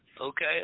okay